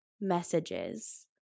messages